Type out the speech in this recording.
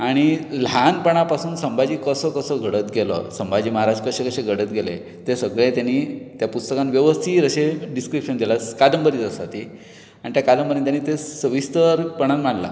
आनी ल्हानपणा पसून संभाजी कसो कसो घडत गेलो संभाजी महाराज कशे कशे घडत गेले तें सगळें ताणी त्या पुस्तकांत वेवस्थीत अशें डिसक्रिप्शन दिलां कादंबरी जी आसा ती आनी ते कादंबरींत ताणें तें सविस्तरपणांत मांडलां